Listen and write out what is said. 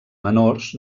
menors